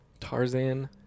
Tarzan